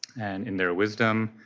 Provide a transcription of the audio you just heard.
and in their wisdom,